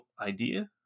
idea